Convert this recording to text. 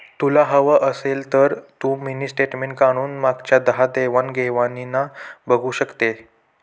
तुला हवं असेल तर तू मिनी स्टेटमेंट काढून मागच्या दहा देवाण घेवाणीना बघू शकते